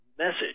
message